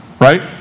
right